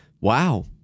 Wow